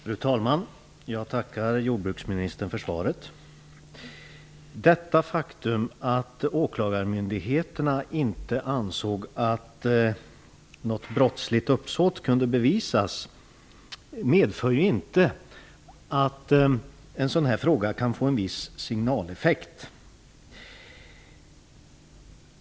Fru talman! Jag tackar jordbruksministern för svaret. Det faktum att åklagarmyndigheterna inte ansåg att något brottsligt uppsåt kunde bevisas medför inte att detta inte kan få en viss signaleffekt.